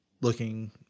looking